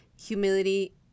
humility